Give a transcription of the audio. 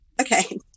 Okay